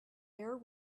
air